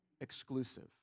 exclusive